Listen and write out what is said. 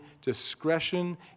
discretion